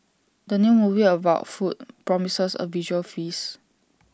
the new movie about food promises A visual feast